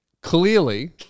Clearly